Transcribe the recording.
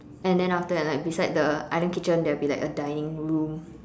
and then after that like beside the island kitchen there will be like a dining room